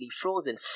frozen